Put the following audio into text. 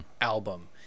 album